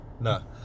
No